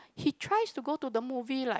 he tries to go to the movie like